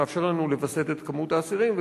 שמאפשר לנו לווסת את כמות האסירים,